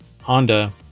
honda